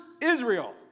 Israel